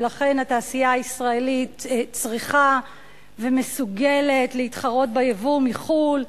ולכן התעשייה הישראלית צריכה ומסוגלת להתחרות ביבוא מחו"ל,